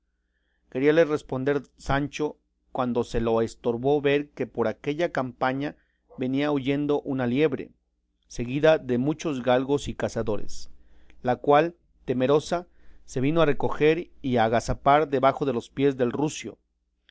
queríale responder sancho cuando se lo estorbó ver que por aquella campaña venía huyendo una liebre seguida de muchos galgos y cazadores la cual temerosa se vino a recoger y a agazapar debajo de los pies del rucio